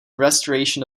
restoration